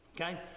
okay